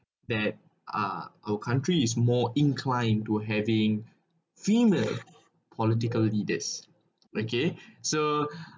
that uh our country is more inclined to having female political leaders okay so